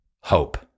hope